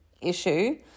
issue